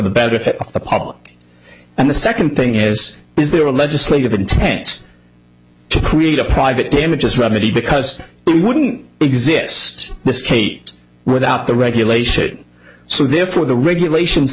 the better off the public and the second thing is is there a legislative intent to create a private image as remedy because it wouldn't exist the skate without the regulation so therefore the regulations